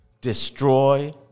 destroy